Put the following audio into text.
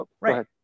right